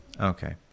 Okay